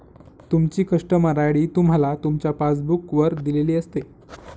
तुमची customer ID तुम्हाला तुमच्या पासबुक वर दिलेली असते